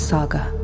Saga